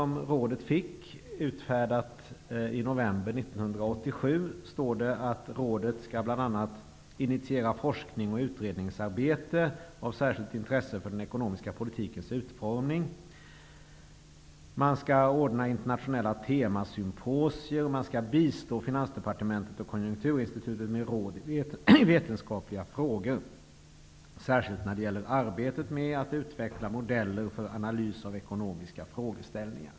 I 1987 står att rådet bl.a. skall initiera forsknings och utredningsarbete av särskilt intresse för den ekonomiska politikens utformning. Man skall ordna internationella temasymposier och bistå Finansdepartementet och Konjunkturinstitutet med råd i vetenskapliga frågor, särskilt i arbetet med att utveckla modeller för analys av ekonomiska frågeställningar.